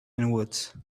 inwards